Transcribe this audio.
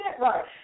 right